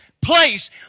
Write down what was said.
place